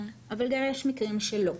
אבל גם יש מקרים שלא.